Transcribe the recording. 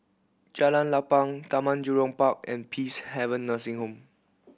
Jalan Lapang Taman Jurong Park and Peacehaven Nursing Home